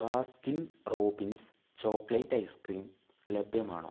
Baskin Robbins chocolate ice cream ലഭ്യമാണോ